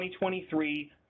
2023